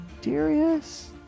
Darius